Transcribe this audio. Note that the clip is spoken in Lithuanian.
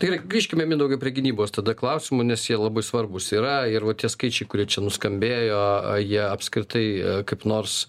tai gerai grįžkime mindaugai prie gynybos tada klausimų nes jie labai svarbūs yra ir vat tie skaičiai kurie čia nuskambėjo jie apskritai kaip nors